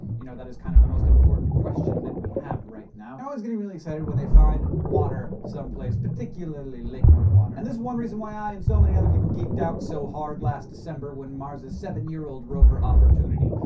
you know, that is kind of the most important question that we have right now. they're always getting really excited when they find water someplace, particularly liquid water. and this is one reason why i and so many other people geeked out so hard last december when mars's seven-year-old rover, opportunity,